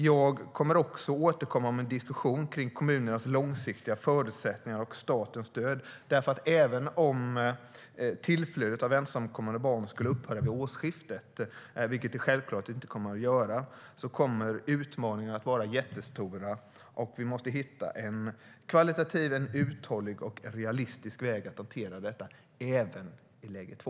Jag kommer också att återkomma med en diskussion om kommunernas långsiktiga förutsättningar och statens stöd, för även om tillflödet av ensamkommande barn skulle upphöra vid årsskiftet, vilket det självklart inte kommer att göra, kommer utmaningarna att vara jättestora, och vi måste hitta en högkvalitativ, uthållig och realistisk väg att hantera detta även i läge två.